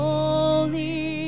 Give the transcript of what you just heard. Holy